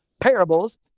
parables